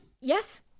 Yes